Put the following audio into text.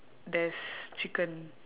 there's chicken